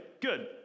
good